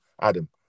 Adam